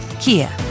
Kia